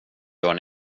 gör